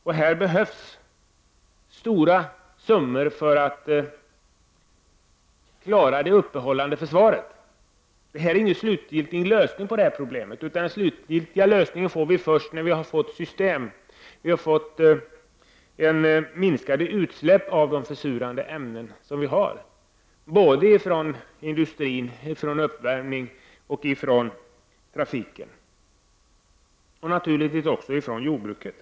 Här behövs det stora summor om man skall klara det uppehållande försvaret. Men därmed har vi inte någon slutgiltig lösning på problemet. En sådan får vi först i och med ett annat system. Det behövs minskade utsläpp av de försurande ämnena från industrin, från uppvärmning och från trafiken. Men naturligtvis gäller det också utsläppen från jordbruket.